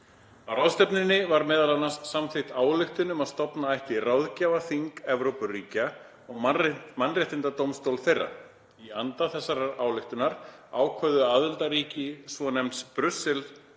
Á ráðstefnunni var meðal annars samþykkt ályktun um að stofna ætti ráðgjafarþing Evrópuríkja og mannréttindadómstól þeirra. Í anda þessarar ályktunar ákváðu aðildarríki svonefnds